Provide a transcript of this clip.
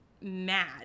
mad